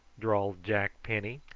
drawled jack penny,